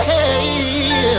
Hey